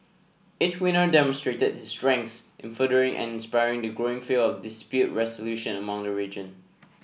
each winner demonstrated his strengths in furthering and inspiring the growing field of dispute resolution around the region